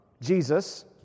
Jesus